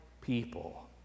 people